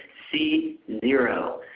c zero?